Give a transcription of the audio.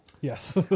Yes